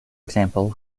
example